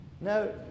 No